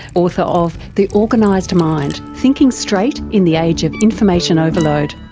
author of the organized mind thinking straight in the age of information overload.